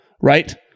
right